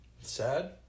Sad